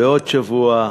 ועוד שבוע,